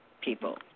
people